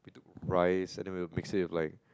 rice and then we will mix it with like